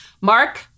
Mark